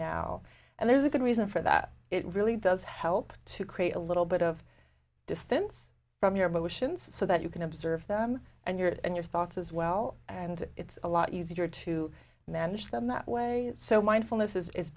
now and there's a good reason for that it really does help to create a little bit of distance from your emotions so that you can observe them and you're in your thoughts as well and it's a lot easier to manage them that way so mindful